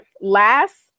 last